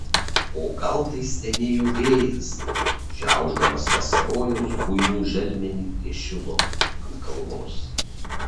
o gal tai stenėjo vėjas šiaušdamas vasarojaus buinų želmenį prie šilo ant kalvos